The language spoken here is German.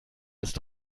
ist